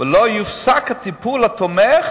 "ולא יופסק הטיפול התומך